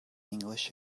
english